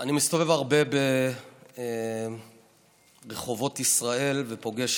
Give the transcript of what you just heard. אני מסתובב הרבה ברחובות ישראל ופוגש,